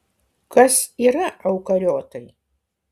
kas yra eukariotai